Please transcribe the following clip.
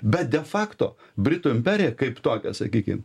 bet de fakto britų imperija kaip tokia sakykim